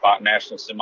national